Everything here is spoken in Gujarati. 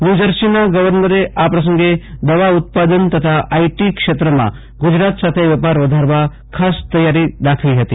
ન્યુજર્સીના ગર્વનરે આ પ્રસંગે દવા ઉત્પાદન તથા આઈટીક્ષેત્રમાં ગુજરાત સાથે વેપાર વધારવા ખાસ તૈયારી દાખવી હતી